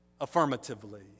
affirmatively